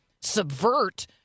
subvert